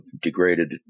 degraded